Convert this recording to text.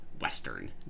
Western